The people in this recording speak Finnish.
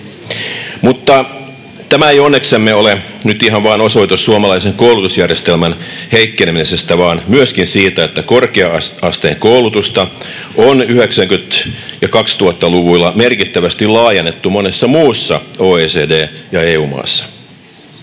Mutta tämä ei onneksemme ole nyt ihan vain osoitus suomalaisen koulutusjärjestelmän heikkenemisestä vaan myöskin siitä, että korkea-asteen koulutusta on 1990- ja 2000-luvuilla merkittävästi laajennettu monessa muussa OECD- ja EU-maassa.